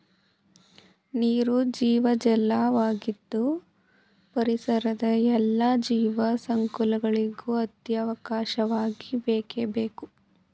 ನೀರು ಜೀವಜಲ ವಾಗಿದ್ದು ಪರಿಸರದ ಎಲ್ಲಾ ಜೀವ ಸಂಕುಲಗಳಿಗೂ ಅತ್ಯವಶ್ಯಕವಾಗಿ ಬೇಕೇ ಬೇಕು